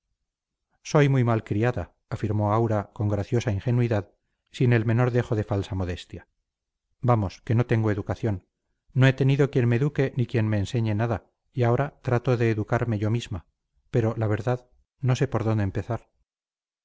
graciosa ingenuidad sin el menor dejo de falsa modestia vamos que no tengo educación no he tenido quien me eduque ni quien me enseñe nada y ahora trato de educarme yo misma pero la verdad no sé por dónde empezar